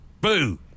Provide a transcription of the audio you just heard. Boo